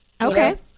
Okay